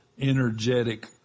energetic